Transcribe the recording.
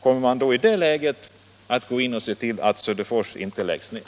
Kommer man i det läget att se till att Söderfors inte läggs ned?